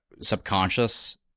subconscious